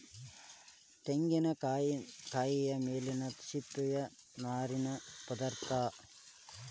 ತೆಂಗಿನಕಾಯಿಯ ಮೇಲಿನ ಸಿಪ್ಪೆಯ ನಾರಿನ ಪದಾರ್ಥ